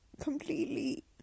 completely